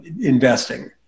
investing